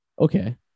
Okay